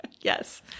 Yes